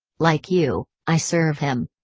like you, i serve him.